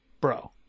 Bro